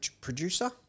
Producer